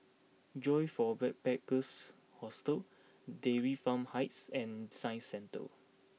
Joyfor Backpackers' Hostel Dairy Farm Heights and Science Centre